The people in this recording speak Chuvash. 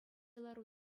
лару